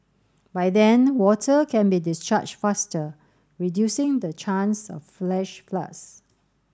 by then water can be discharged faster reducing the chance of flash floods